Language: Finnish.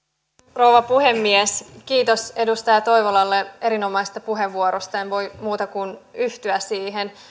rouva puhemies kiitos edustaja toivolalle erinomaisesta puheenvuorosta en voi muuta kuin yhtyä siihen